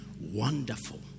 Wonderful